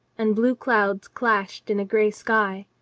and blue clouds clashed in a gray sky.